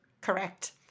correct